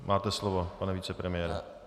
Máte slovo, pane vicepremiére.